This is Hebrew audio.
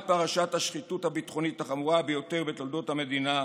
פרשת השחיתות הביטחונית החמורה ביותר בתולדות המדינה,